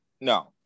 no